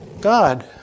God